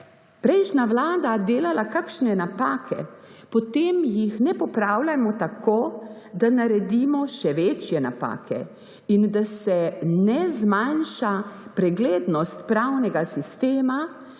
prejšnja Vlada delala kakšne napake, potem jih ne popravljajmo tako, da naredimo še večje napake in da se ne zmanjša preglednost pravnega sistema